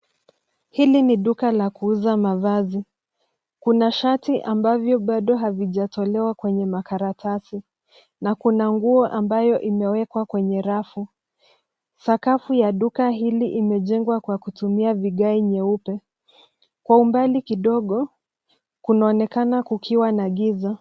Hili ni duka la kuuza mavazi, kuna shati ambavyo bado havijatolewa kwenye makaratasi na kuna nguo ambayo imewekwa kwenye rafu. Sakafu ya duka hili imejengwa kwa kutumia vigae nyeupe, kwa umbali kidogo kunaonekana kukiwa na giza.